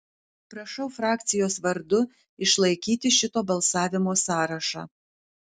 prašau frakcijos vardu išlaikyti šito balsavimo sąrašą